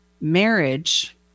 marriage